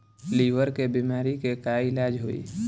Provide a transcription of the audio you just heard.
Liver के बीमारी के का इलाज होई?